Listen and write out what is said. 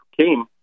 came